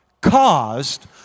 caused